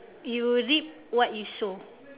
you reap what you sow